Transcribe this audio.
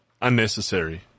unnecessary